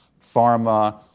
pharma